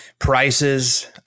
Prices